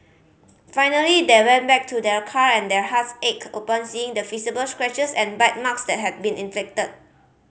finally they went back to their car and their hearts ached upon seeing the visible scratches and bite marks that had been inflicted